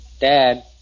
Dad